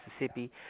Mississippi